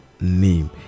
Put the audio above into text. name